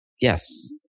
yes